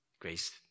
grace